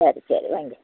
சரி சரி வையுங்க